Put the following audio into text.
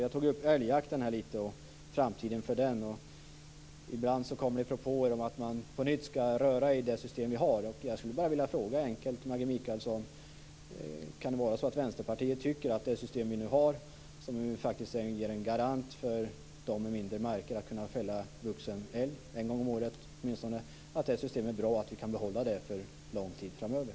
Jag tog upp framtiden för älgjakten. Ibland kommer det propåer om att man på nytt ska röra i det system vi har. Jag skulle bara vilja fråga Maggi Mikaelsson om det är så att Vänsterpartiet tycker att det system vi nu har, som faktiskt är en garant för dem med mindre marker att kunna fälla vuxen älg åtminstone en gång om året, är bra och att vi kan behålla det för lång tid framöver.